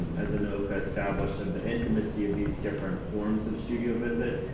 and as anoka established of the intimacy of these different forms of studio visit,